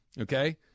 okay